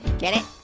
get it,